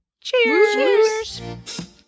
Cheers